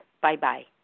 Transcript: Bye-bye